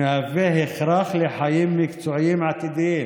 שהוא הכרח לחיים מקצועיים עתידיים